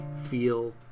feel